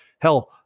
Hell